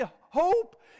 hope